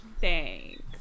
Thanks